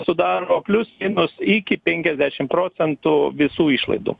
sudaro plius minus iki penkiasdešim procentų visų išlaidų